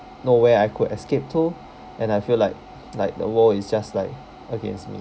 nowhere I could escape to and I feel like like the world is just like against me